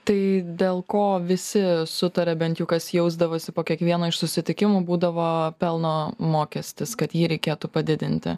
tai dėl ko visi sutaria bent jau kas jausdavosi po kiekvieno iš susitikimų būdavo pelno mokestis kad jį reikėtų padidinti